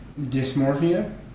dysmorphia